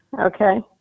Okay